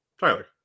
Tyler